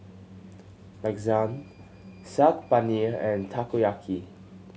Lasagne Saag Paneer and Takoyaki